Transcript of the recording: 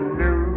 new